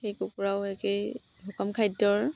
সেই কুকুৰাও একেই সুষম খাদ্যৰ